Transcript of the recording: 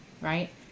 right